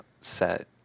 set